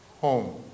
home